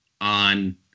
on